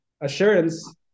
assurance